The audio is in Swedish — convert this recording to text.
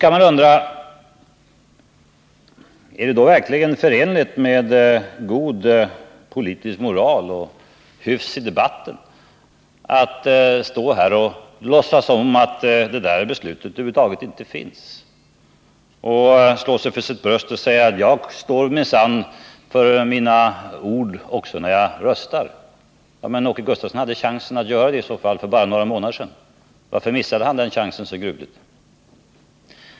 Man kan undra om det verkligen är förenligt med god politisk moral och hyfs i debatten att stå här och låtsas att det där beslutet över huvud taget inte finns och slå sig för sitt bröst och säga: Jag står minsann för mina ord också när jag röstar. Åke Gustavsson hade i så fall chansen att göra det för bara några månader sedan. Varför missade han den chansen så gruvligt?